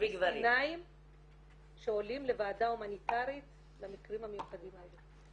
פלשתינאים שעולים לוועדה הומניטרית למקרים המיוחדים האלה.